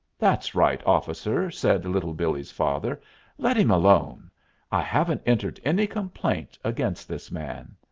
that's right, officer, said little billee's father let him alone i haven't entered any complaint against this man.